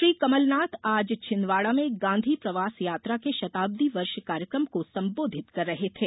श्री कमलनाथ आज छिंदवाड़ा में गांधी प्रवास यात्रा के शताब्दी वर्ष कार्यक्रम को संबोधित कर रहे थे